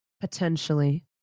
Potentially